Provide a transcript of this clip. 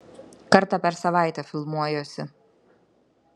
kartą per savaitę filmuojuosi